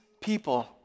people